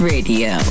Radio